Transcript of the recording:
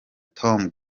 tom